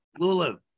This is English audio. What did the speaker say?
Lulav